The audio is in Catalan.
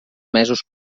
mesos